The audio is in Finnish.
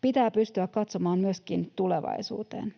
pitää pystyä katsomaan myöskin tulevaisuuteen.